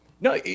No